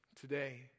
today